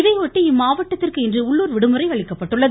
இதையொட்டி இம்மாவட்டத்திற்கு இன்று உள்ளுர் விடுமுறை அளிக்கப்பட்டுள்ளது